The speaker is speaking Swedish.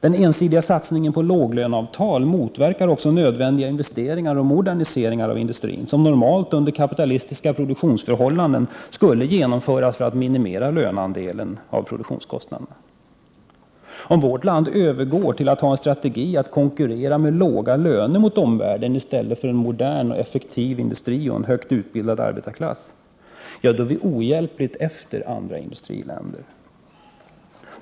Den ensidiga satsningen på låglöneavtal motverkar nödvändiga investeringar och moderniseringar av industrin, något som normalt under kapitalistiska produktionsförhållanden skulle genomföras för att minimera löneandelen av produktionskostnaderna. Om vårt land övergår till att tillämpa strategin att konkurrera med låga löner i stället för att ha en modern och effektiv industri och en högt utbildad arbetarklass, blir Sverige ohjälpligt efter andra industriländer.